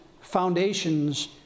foundations